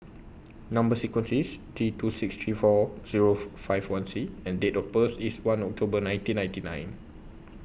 Number sequence IS T two six three four Zero four five one C and Date of birth IS one October nineteen ninety nine